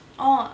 oh